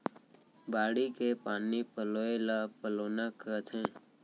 बाड़ी के पानी पलोय ल पलोना कथें